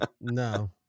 no